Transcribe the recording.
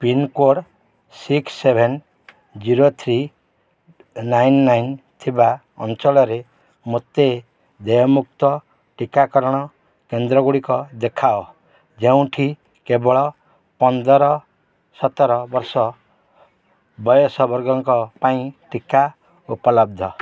pincode six seven zero three nine nine ଥିବା ଅଞ୍ଚଳରେ ମୋତେ ଦେୟମୁକ୍ତ ଟିକାକରଣ କେନ୍ଦ୍ର ଗୁଡ଼ିକ ଦେଖାଅ ଯେଉଁଠି କେବଳ ପନ୍ଦର ସତର ବର୍ଷ ବୟସ ବର୍ଗଙ୍କ ପାଇଁ ଟିକା ଉପଲବ୍ଧ